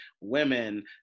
women